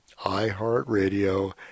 iHeartRadio